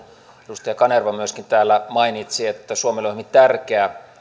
edustaja kanerva myöskin täällä mainitsi että suomelle on hyvin tärkeää